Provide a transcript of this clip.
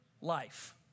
life